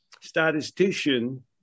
statistician